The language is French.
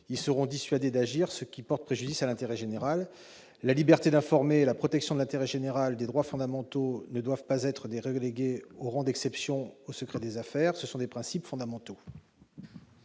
Ils seront ainsi dissuadés d'agir, ce qui porte préjudice à l'intérêt général. La liberté d'informer, la protection de l'intérêt général et des droits fondamentaux ne doivent pas être reléguées au rang d'exceptions au secret des affaires : il s'agit de principes fondamentaux.